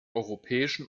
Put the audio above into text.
europäischen